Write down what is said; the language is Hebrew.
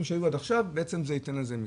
שהיו עד עכשיו בעצם זה ייתן לזה פתרון.